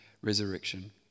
resurrection